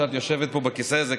שאת יושבת בכיסא הזה,